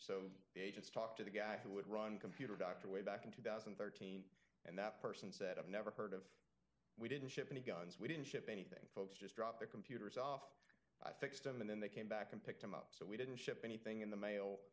so the agents talked to the guy who had run computer dr way back in two thousand and thirteen and that person said i've never heard of we didn't ship any guns we didn't ship anything folks just dropped the computers off i fixed them and then they came back and picked them up so we didn't ship anything in the mail